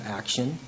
action